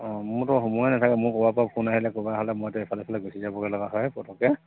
অঁ মোৰটো সময় নাথাকে মোৰ ক'ৰোবাৰ পৰা ফোন আহিল ক'বা হ'লে মইতো এইফালে সেইফালে গুচি যাবলৈ লগা হয় পটকে